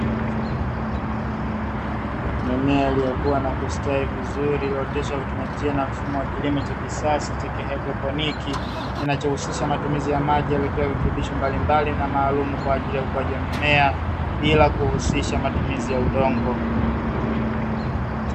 Mimea iliyokua na kustawi vizuri iliyooteshwa katika njia na mfumo wa kilimo cha kisasa cha haidroponi, kinachohusisha matumizi ya maji yaliyotiwa virutubisho mbalimbali na maalumu kwa ajili ya ukuaji wa mimea bila kuhusisha matumizi ya udongo.